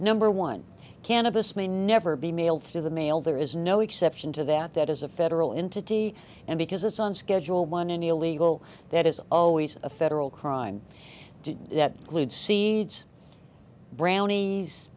number one cannabis may never be mail through the mail there is no exception to that that is a federal entity and because it's on schedule one in illegal that is always a federal crime to that glued seeds brownies